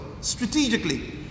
Strategically